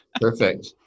Perfect